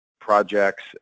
projects